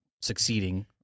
succeeding